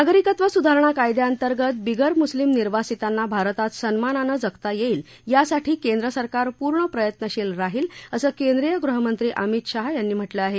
नागरिकत्व सुधारणा कायद्याअंतर्गत बिगर मुस्लीम निर्वासितांना भारतात सन्मानानं जगता येईल यासाठी केंद्रसरकार पूर्ण प्रयत्नशील राहील असं केंद्रीय गृहमंत्री अमित शाह यांनी म्हटलं आहे